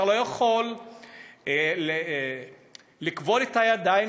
אתה לא יכול לכבול את הידיים